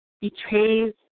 betrays